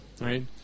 right